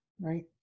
Right